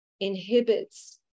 inhibits